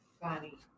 Funny